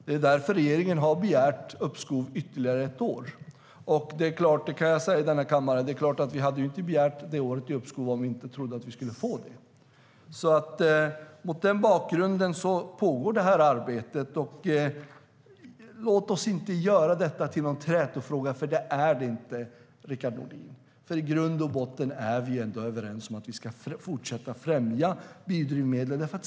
Det är därför regeringen har begärt uppskov ytterligare ett år. Jag kan i denna kammare säga att vi inte hade begärt det året i uppskov om vi inte trodde att vi skulle få det. Mot den bakgrunden pågår arbetet. Låt oss inte göra detta till någon trätofråga, för det är det inte, Rickard Nordin. I grund och botten är vi överens om att vi ska fortsätta att främja biodrivmedel.